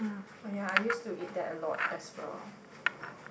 oh ya I used to eat that a lot as well